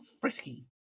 frisky